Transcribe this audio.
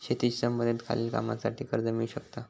शेतीशी संबंधित खालील कामांसाठी कर्ज मिळू शकता